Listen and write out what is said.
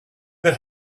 that